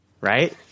right